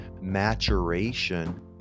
maturation